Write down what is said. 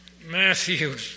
Matthew